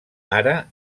ara